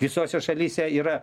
visose šalyse yra